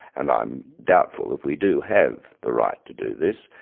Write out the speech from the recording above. and i'm doubtful if we do have the right to do this,